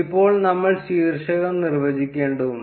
അപ്പോൾ നമ്മൾ ശീർഷകം നിർവ്വചിക്കേണ്ടതുണ്ട്